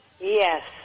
Yes